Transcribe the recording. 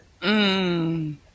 Mmm